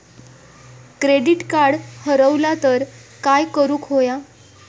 Credit card हरवला तर काय करुक होया?